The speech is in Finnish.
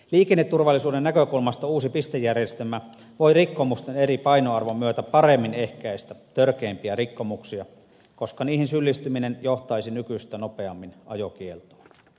liikenneturvallisuuden näkökulmasta uusi pistejärjestelmä voi rikkomusten eri painoarvon myötä paremmin ehkäistä törkeimpiä rikkomuksia koska niihin syyllistyminen johtaisi nykyistä nopeammin ajokieltoon